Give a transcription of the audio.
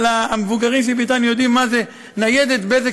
המבוגרים שבנו יודעים מה זה ניידת בזק,